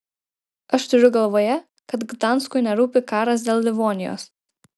aš turiu galvoje kad gdanskui nerūpi karas dėl livonijos